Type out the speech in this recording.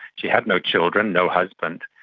she had no children, no husband,